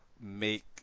make